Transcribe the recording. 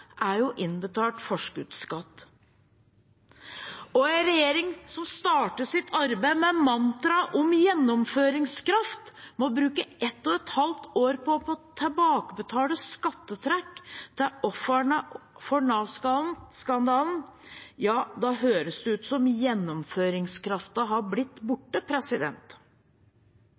er innbetalt forskuddsskatt. En regjering som startet sitt arbeid med mantraet om gjennomføringskraft, må bruke ett og et halvt år på å tilbakebetale skattetrekk til ofrene for Nav-skandalen. Ja, da høres det ut som om gjennomføringskraften har blitt borte.